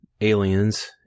*Aliens*